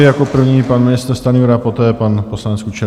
Jako první pan ministr Stanjura, poté pan poslanec Kučera.